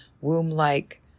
womb-like